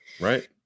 Right